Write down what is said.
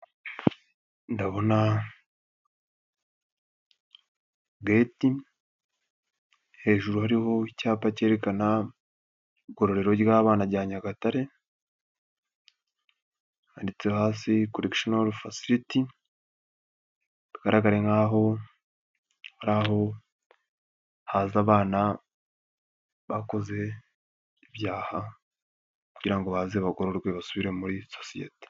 Ndabona geti, hejuru hariho icyapa cyerekana igororero ry'abana rya Nyagatare, handitse hasi korekishonoro fasiliti bigaragara nkaho haza abana bakoze ibyaha kugira ngo baze bagororwe basubire muri sosiyete.